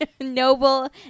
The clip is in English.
noble